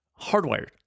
hardwired